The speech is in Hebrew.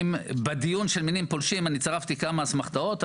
ובדיון של מינים פולשים אני צירפתי כמה אסמכתאות.